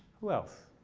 who else?